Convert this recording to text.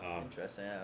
Interesting